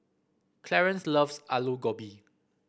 Clarance loves Alu Gobi